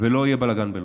ולא יהיה בלגן בלוד.